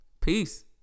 Peace